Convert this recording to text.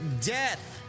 death